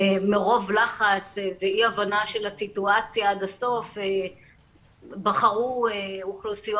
מרוב לחץ ואי הבנה של הסיטואציה עד הסוף בחרו אוכלוסיות